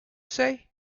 say